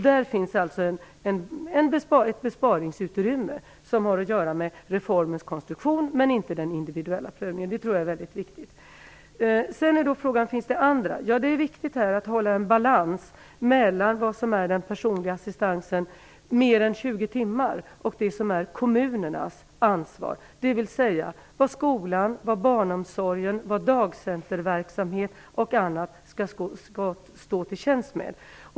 Där finns alltså ett besparingsutrymme som har att göra med reformens konstruktion och inte med den individuella prövningen. Det tror jag är mycket viktigt. Sedan är då frågan om det finns andra besparingar att göra. Det är viktigt att hålla en balans mellan vad som är personlig assistans över 20 timmar och det som är kommunernas ansvar, dvs. vad skolan, barnomsorgen, dagcenterverksamhet och annat skall stå till tjänst med.